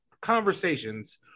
conversations